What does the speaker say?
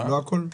לא הכול?